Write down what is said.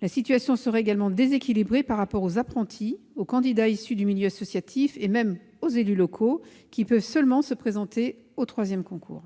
La situation serait également déséquilibrée par rapport aux apprentis, aux candidats issus du milieu associatif et même aux élus locaux, qui peuvent seulement se présenter au troisième concours.